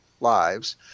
lives